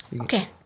Okay